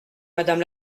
madame